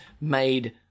made